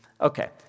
Okay